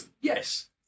Yes